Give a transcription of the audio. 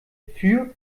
für